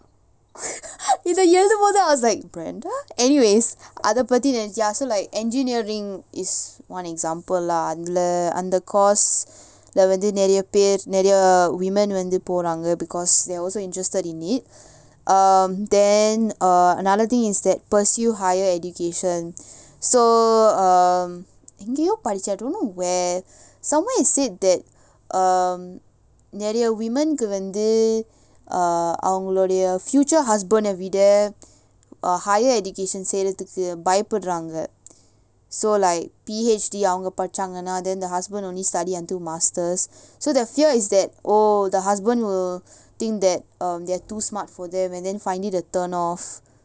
இத எழுதும் போது:itha eluthum pothu I was like brenda anyways அத பத்தி நெனச்சி:atha paththi nenachi ya so like engineering is one example lah அதுல அந்த:athula antha course leh வந்து நெறய பேர் நெறய:vanthu neraya per neraya women வந்து போறாங்க:vanthu poraanga because they're also interested in it um then uh another thing is that pursue higher education so um எங்கயோ படிச்சேன்:engayo padichaen I don't know where somewhere it said that um நெறய:neraya women கு வந்து:ku vanthu future husband eh விட:vida uh higher education செய்றதுக்கு பயப்படறாங்க:seiya bayapadraanga so like P_H_D அவங்க படிச்சாங்கன்னா:avanga padichaangannaa then the husband only study until masters so the fear is that oh the husband will think that um they're too smart for them and then find it a turn off